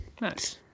Nice